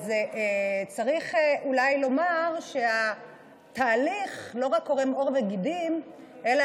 אז צריך אולי לומר שהתהליך לא רק קורם עור וגידים אלא